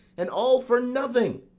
and all for nothing!